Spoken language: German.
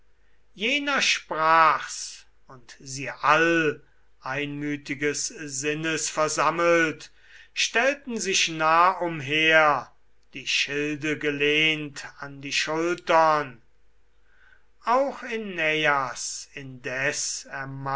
jener sprach's und sie all einmütiges sinnes versammelt stellten sich nah umher die schilde gelehnt an die schultern auch äneias indes